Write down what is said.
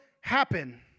happen